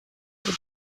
what